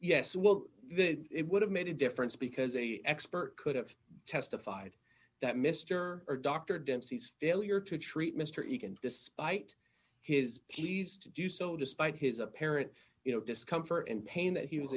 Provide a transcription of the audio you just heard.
yes well it would have made a difference because a expert could have testified that mr or dr dempsey's failure to treat mr egan despite his pleas to do so despite his apparent you know discomfort and pain that he was